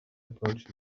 approached